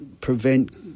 prevent